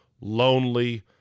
lonely